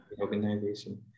Organization